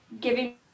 giving